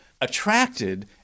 attracted